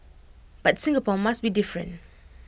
but Singapore must be different